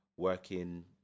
working